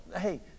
hey